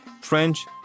French